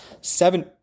seven